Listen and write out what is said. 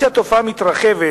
מכיוון שהתופעה מתרחבת,